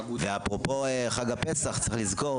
ואפרופו חג הפסח צריך לזכור